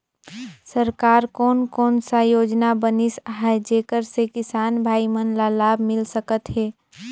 सरकार कोन कोन सा योजना बनिस आहाय जेकर से किसान भाई मन ला लाभ मिल सकथ हे?